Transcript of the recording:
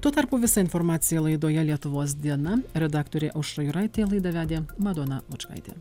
tuo tarpu visa informacija laidoje lietuvos diena redaktorė aušra juraitė laidą vedė madona lučkaitė